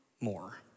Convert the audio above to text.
more